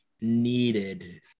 needed